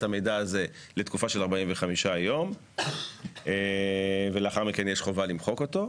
המידע הזה לתקופה של 45 יום ולאחר מכן יש חובה למחוק אותו,